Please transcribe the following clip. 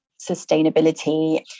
sustainability